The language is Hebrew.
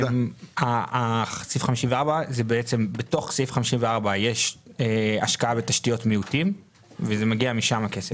סעיף 54. בתוך סעיף 54 יש השקעה בתשתיות מיעוטים והכסף מגיע משם.